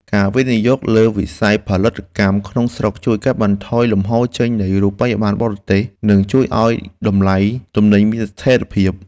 ការវិនិយោគលើវិស័យផលិតកម្មក្នុងស្រុកជួយកាត់បន្ថយលំហូរចេញនៃរូបិយប័ណ្ណបរទេស និងជួយឱ្យតម្លៃទំនិញមានស្ថិរភាព។